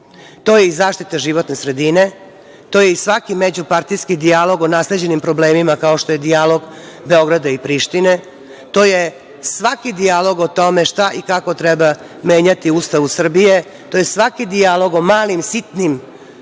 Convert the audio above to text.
To je i zaštita životne sredine, to je i svaki međupartijski dijalog o nasleđenim problemima kao što je dijalog Beograda i Prištine, to je svaki dijalog o tome šta i kako treba menjati u Ustavu Srbije, to je svaki dijalog o malim, sitnim nepravdama